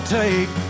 take